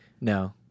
No